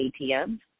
ATM